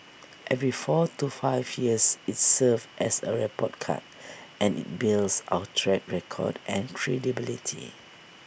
every four to five years IT serves as A report card and IT builds our track record and credibility